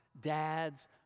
dads